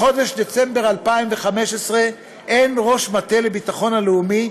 מחודש דצמבר 2015 אין ראש למטה לביטחון לאומי,